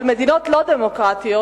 אבל במדינות לא דמוקרטיות,